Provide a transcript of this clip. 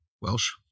Welsh